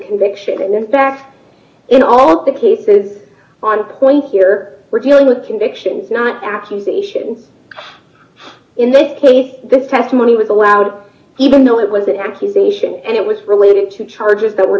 conviction and in fact in all the cases on point here we're dealing with convictions not accusation in this case this testimony was allowed even though it was an accusation and it was related to charges that were